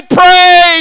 pray